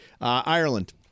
Ireland